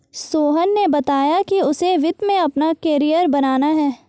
सोहन ने बताया कि उसे वित्त में अपना कैरियर बनाना है